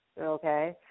okay